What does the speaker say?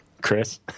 Chris